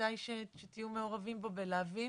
שכדאי שתהיו מעורבים בו ולהבין